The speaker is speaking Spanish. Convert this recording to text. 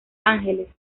ángeles